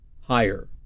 higher